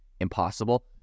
impossible